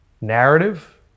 narrative